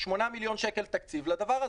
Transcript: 8 מיליון שקל תקציב לדבר הזה.